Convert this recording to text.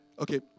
Okay